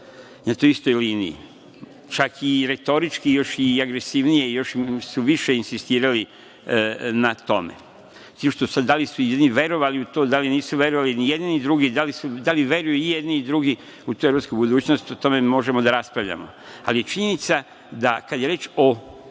na toj istoj liniji, čak retorički još i agresivnije, još su više insistirali na tome. S tim što sad, da li su jedni verovali u to, da li nisu verovali ni jedni ni drugi, da li veruju i jedni i drugi u tu evropsku budućnost, o tome možemo da raspravljamo. Ali, činjenica je da kada je reč i